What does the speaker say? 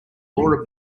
laura